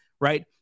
right